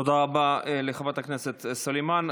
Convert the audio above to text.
תודה רבה לחברת הכנסת סלימאן.